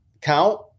count